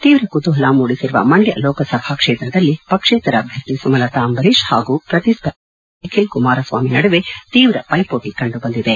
ತೀವ್ರ ಕುತೂಹಲ ಮೂಡಿಸಿರುವ ಮಂಡ್ದ ಲೋಕಸಭಾ ಕ್ಷೇತ್ರದಲ್ಲಿ ಪಕ್ಷೇತರ ಅಭ್ದರ್ಥಿ ಸುಮಲತಾ ಅಂಬರೀಷ್ ಹಾಗೂ ಪ್ರತಿಸ್ಥರ್ಧಿ ಮೈತ್ರಿಕೂಟದ ನಿಖಿಲ್ ಕುಮಾರಸ್ವಾಮಿ ನಡುವೆ ತೀವ್ರ ಪೈಪೋಟಿ ಕಂಡುಬಂದಿದೆ